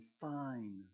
fine